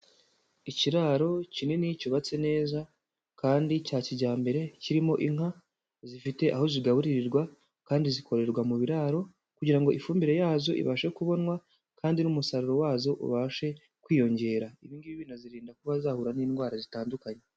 Ikiraro kinini cyubatse neza kandi cya kijyambere kirimo inka zifite aho zigaburirirwa kandi zikororerwa mu biraro kugira ngo ifumbire yazo ibashe kubonwa kandi n'umusaruro wazo ubashe kwiyongera. Ibi ngibi binazirinda kuba zahura n'indwara zitandukanye.